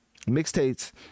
mixtapes